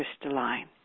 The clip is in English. crystalline